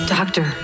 Doctor